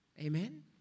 Amen